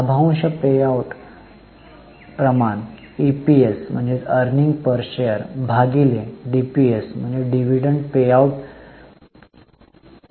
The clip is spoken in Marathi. लाभांश पेआउट प्रमाण ईपीएस भागिले डीपीएस आहे